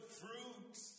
fruits